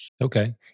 Okay